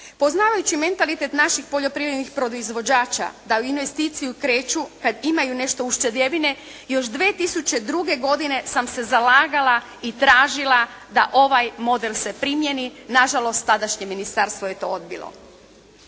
Poznavajući mentalitet naših poljoprivrednih proizvođača da li u investiciju kreću kad imaju nešto ušteđevine. Još 2002. godine sam se zalagala i tražila da ovaj model se primijeni. Na žalost tadašnje ministarstvo je to odbilo.